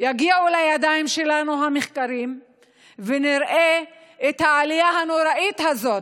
יגיעו לידיים שלנו המחקרים ונראה את העלייה הנוראית הזאת.